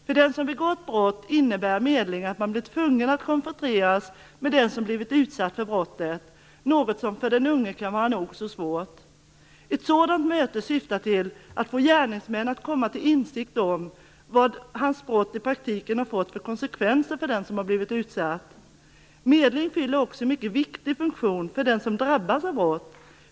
För den som har begått brott innebär medling att man blir tvungen att konfronteras med den som har blivit utsatt för brottet. Det är något som för den unge kan vara nog så svårt. Ett sådant möte syftar till att få gärningsmän att komma till insikt om vad deras brott i praktiken har fått för konsekvenser för den som har blivit utsatt. Medling fyller också en mycket viktig funktion för dem som drabbats av brott.